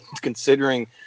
considering